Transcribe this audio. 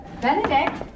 Benedict